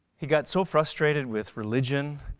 he got so frustrated with religion.